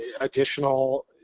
additional